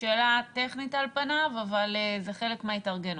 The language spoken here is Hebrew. זו שאלה טכנית על פניה, אבל זה חלק מההתארגנות.